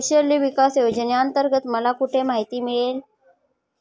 कौशल्य विकास योजनेअंतर्गत मला कुठे माहिती मिळेल?